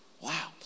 Wow